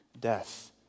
death